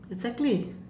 exactly